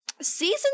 season